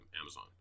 Amazon